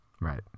Right